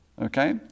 Okay